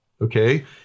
okay